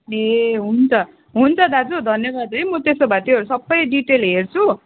ए हुन्छ हुन्छ दाजु धन्यवाद है म त्यसो भए त्योहरू सबै डिटेल हेर्छु